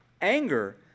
anger